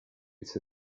it’s